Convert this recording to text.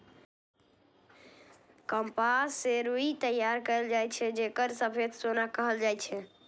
कपास सं रुई तैयार कैल जाए छै, जेकरा सफेद सोना कहल जाए छै